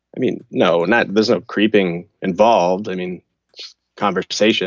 i mean, no, not there's no creeping involved. i mean conversation